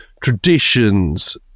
traditions